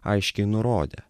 aiškiai nurodė